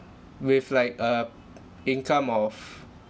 with like a b~ income of